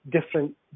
different